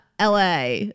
LA